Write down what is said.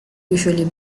usually